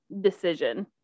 decision